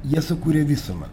jie sukūrė visumą